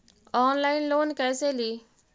Online loan कैसे ली?